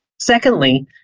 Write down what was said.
Secondly